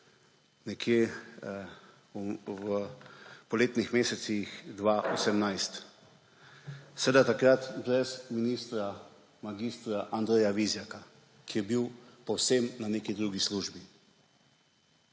nekje v poletnih mesecih 2018. Seveda takrat brez ministra mag. Andreja Vizjaka, ki je bil povsem na neki drugi službi.